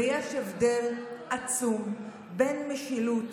ויש הבדל עצום בין משילות